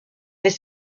les